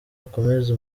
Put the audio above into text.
akomeze